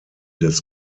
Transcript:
des